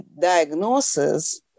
diagnosis